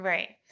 Right